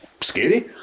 scary